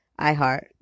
iHeart